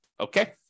Okay